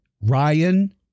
Ryan